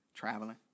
Traveling